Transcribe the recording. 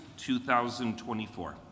2024